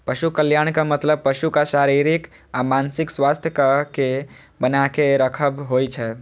पशु कल्याणक मतलब पशुक शारीरिक आ मानसिक स्वास्थ्यक कें बनाके राखब होइ छै